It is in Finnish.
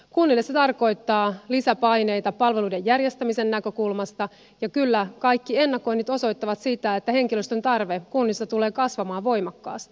kunnille se tarkoittaa lisäpaineita palveluiden järjestämisen näkökulmasta ja kyllä kaikki ennakoinnit osoittavat sitä että henkilöstön tarve kunnissa tulee kasvamaan voimakkaasti